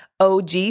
OG